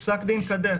פסק דין "קדץ",